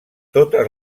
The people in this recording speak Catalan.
totes